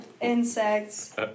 insects